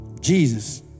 Jesus